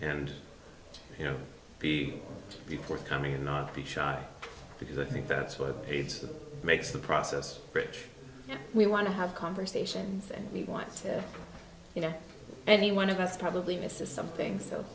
and you know be be forthcoming and not be shy because i think that's what aides to makes the process which we want to have conversations and we want to you know any one of us probably misses something so